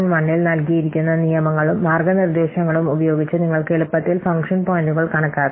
1 ൽ നൽകിയിരിക്കുന്ന നിയമങ്ങളും മാർഗ്ഗനിർദ്ദേശങ്ങളും ഉപയോഗിച്ച് നിങ്ങൾക്ക് എളുപ്പത്തിൽ ഫംഗ്ഷൻ പോയിന്റുകൾ കണക്കാക്കാം